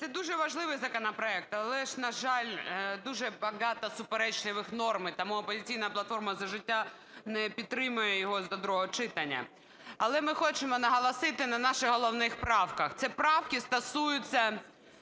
Це дуже важливий законопроект, але ж, на жаль, дуже багато суперечливих норм. Тому "Опозиційна платформа – За життя" не підтримує його до другого читання. Але ми хочемо наголосити на наших головних правках. Ці правки стосуються